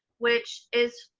which is